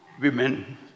women